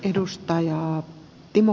arvoisa puhemies